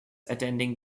attending